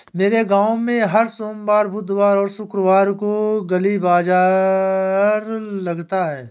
मेरे गांव में हर सोमवार बुधवार और शुक्रवार को गली बाजार लगता है